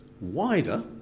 wider